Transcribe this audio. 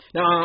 Now